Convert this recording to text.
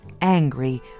angry